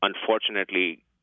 unfortunately